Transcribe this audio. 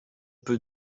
peut